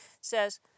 says